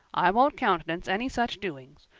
i won't countenance any such doings.